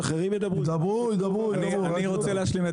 אני מבקש להשלים את